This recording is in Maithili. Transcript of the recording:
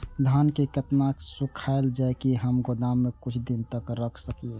धान के केतना सुखायल जाय की हम गोदाम में कुछ दिन तक रख सकिए?